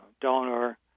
donor